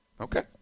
Okay